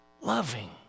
loving